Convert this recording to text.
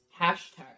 Hashtag